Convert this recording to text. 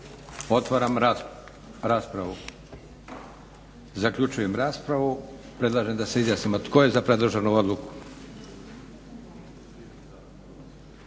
Otvaram raspravu. Zaključujem raspravu. Predlažem da se izjasnimo tko je za predloženu odluku?